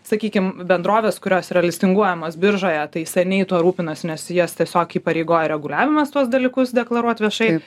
sakykim bendrovės kurios yra listinguojamos biržoje tai seniai tuo rūpinasi nes jas tiesiog įpareigoja reguliavimas tuos dalykus deklaruot viešai